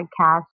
podcast